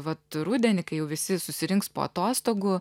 vat rudenį kai jau visi susirinks po atostogų